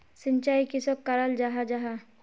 सिंचाई किसोक कराल जाहा जाहा?